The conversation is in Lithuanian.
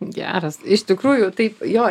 geras iš tikrųjų taip jo